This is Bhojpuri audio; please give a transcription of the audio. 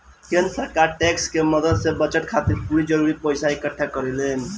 केंद्र सरकार टैक्स के मदद से बजट खातिर जरूरी पइसा इक्कठा करेले